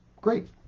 great